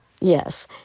Yes